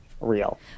Real